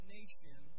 nation